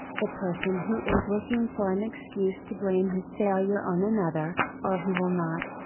the person who is looking for an excuse to blame his failure on another, or who will not,